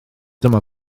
dyma